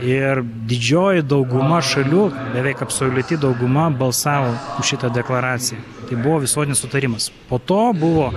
ir didžioji dauguma šalių beveik absoliuti dauguma balsavo už šitą deklaraciją tai buvo visuotinis sutarimas po to buvo